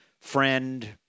friend